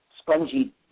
spongy